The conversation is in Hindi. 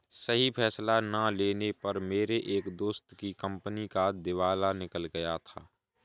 सही फैसला ना लेने पर मेरे एक दोस्त की कंपनी का दिवाला निकल गया था